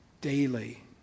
daily